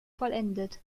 vollendet